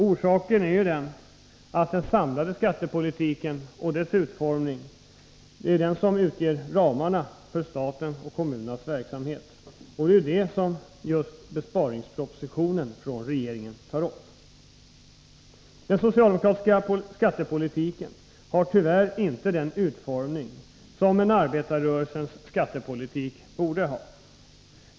Orsaken är att det är den samlade skattepolitiken och dess utformning som utgör ramarna för statens och kommunernas verksamhet, och det är ju just detta som berörs i regeringens ”besparingsproposition”. Den socialdemokratiska skattepolitiken har tyvärr inte den utformning som en arbetarrörelsens skattepolitik bör ha.